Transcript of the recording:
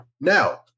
Now